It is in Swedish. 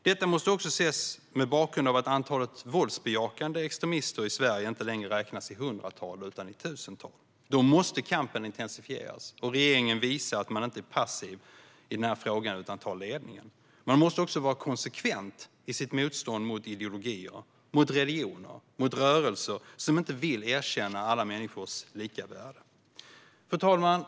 Detta måste också ses mot bakgrund av att antalet våldsbejakande extremister i Sverige inte längre räknas i hundratal utan i tusental. Då måste kampen intensifieras och regeringen visa att man inte är passiv i denna fråga utan tar ledningen. Man måste också vara konsekvent i sitt motstånd mot ideologier, mot religioner och mot rörelser som inte vill erkänna alla människors lika värde. Fru talman!